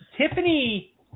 Tiffany